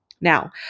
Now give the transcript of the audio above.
Now